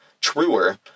truer